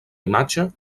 imatge